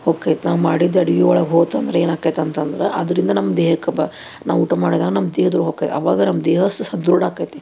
ಹೋಕ್ಕೈತಿ ನಾವು ಮಾಡಿದ ಅಡ್ಗೆ ಒಳಗೆ ಹೋಯ್ತಂದ್ರೆ ಏನಾಕ್ಕೈತಂತ ಅಂದ್ರ ಅದರಿಂದ ನಮ್ಮ ದೇಹಕ್ಕೆ ಬ ನಾವು ಊಟ ಮಾಡಿದಾಗ ನಮ್ಮ ದೇಹದೊಳಗೆ ಹೊಕ್ಕ ಅವಾಗ ನಮ್ಮ ದೇಹ ಸಧೃಢ ಆಕ್ಕೈತಿ